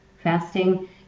Fasting